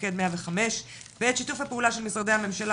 מוקד 105 ואת שיתוף הפעולה של משרדי הממשלה